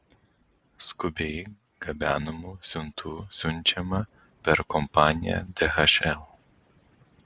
skubiai gabenamų siuntų siunčiama per kompaniją dhl